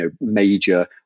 major